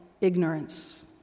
ignorance